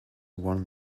won